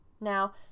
Now